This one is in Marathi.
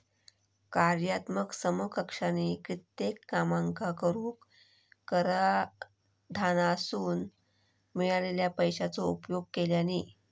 कार्यात्मक समकक्षानी कित्येक कामांका करूक कराधानासून मिळालेल्या पैशाचो उपयोग केल्यानी